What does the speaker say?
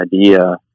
idea